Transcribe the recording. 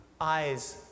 eyes